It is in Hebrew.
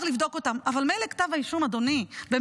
אז אתה